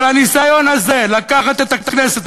אבל הניסיון הזה לקחת את הכנסת,